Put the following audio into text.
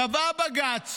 קבע בג"ץ